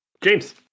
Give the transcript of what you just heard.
james